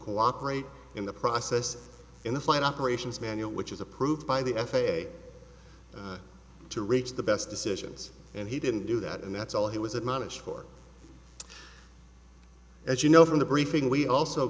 cooperate in the process in the flight operations manual which was approved by the f a a to reach the best decisions and he didn't do that and that's all he was admonished for as you know from the briefing we also